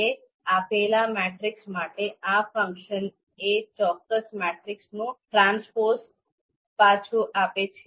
તો આપેલ મેટ્રિક્સ માટે આ ફંક્શન એ ચોક્કસ મેટ્રિક્સનું ટ્રાન્સપોઝ પાછું આપે છે